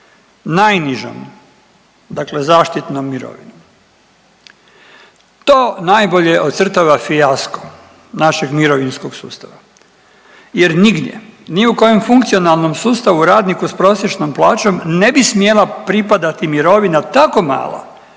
najnižom, dakle zaštitnom mirovinom. To najbolje ocrtava fijasko našeg mirovinskog sustava jer nigdje, ni u kojem funkcionalnom sustavu radniku s prosječnom plaćom ne bi smjela pripadati mirovina tako mala